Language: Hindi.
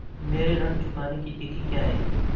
मेरे ऋण चुकाने की तिथि क्या है?